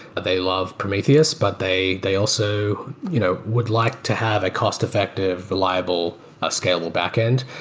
they love prometheus, but they they also you know would like to have a cost-effective reliable ah scalable back-end.